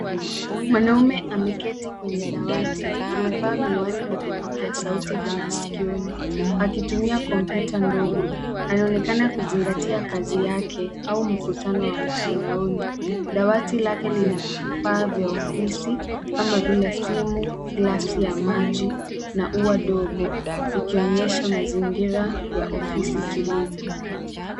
Mwanaume ameketi kwenye dawati amevaa miwani na vipokea sauti vya masikioni akitumia komputa ndogo. Anaonekana kuzingatia kazi yake au mkutano wa mtandaoni. Dawati lake lina vifaa vya ofisi kama vile simu, glasi ya maji na ua dogo likionyesha mazingira ya ofisi tulivu.